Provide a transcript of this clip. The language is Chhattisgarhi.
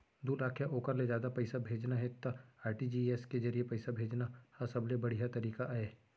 दू लाख या ओकर ले जादा पइसा भेजना हे त आर.टी.जी.एस के जरिए पइसा भेजना हर सबले बड़िहा तरीका अय